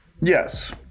Yes